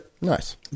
Nice